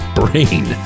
brain